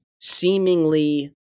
seemingly